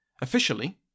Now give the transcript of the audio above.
Officially